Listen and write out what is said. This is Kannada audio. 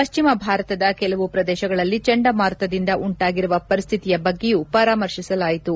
ಪಶ್ಚಿಮ ಭಾರತದ ಕೆಲವು ಪ್ರದೇಶಗಳಲ್ಲಿ ಚಂಡಮಾರುತದಿಂದ ಉಂಟಾಗಿರುವ ಪರಿಸ್ಥಿತಿಯ ಬಗ್ಗೆಯೂ ಪರಾಮರ್ಶಿಸಲಾಯಿತು